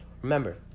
Remember